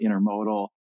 intermodal